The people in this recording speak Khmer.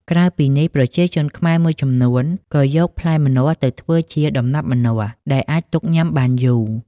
ក្រៅពីនេះ ប្រជាជនខ្មែរមួយចំនួនក៏យកផ្លែម្នាស់ទៅធ្វើជា ដំណាប់ម្នាស់ដែលអាចទុកញ៉ាំបានយូរ។